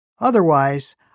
Otherwise